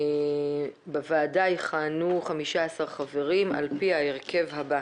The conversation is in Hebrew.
בוועדה יכהנו 15 חברים על פי ההרכב הבא